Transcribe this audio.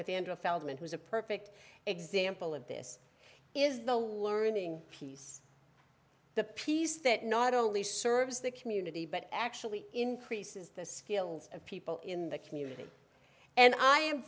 with andrew feldman who's a perfect example of this is the learning piece the piece that not only serves the community but actually increases the skills of people in the community and i am